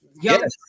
Yes